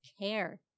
care